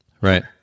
right